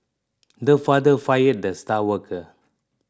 the father fired the star worker